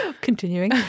continuing